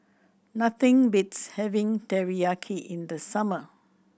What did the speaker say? nothing beats having Teriyaki in the summer